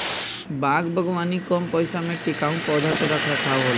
वन बागवानी कम पइसा में टिकाऊ पौधा के रख रखाव होला